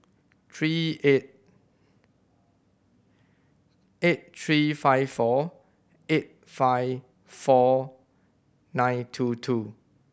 three eight eight three five four eight five four nine two two